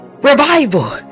Revival